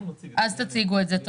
בבקשה תציגו את זה.